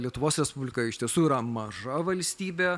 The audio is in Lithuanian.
lietuvos respublika iš tiesų yra maža valstybė